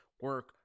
Work